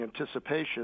anticipation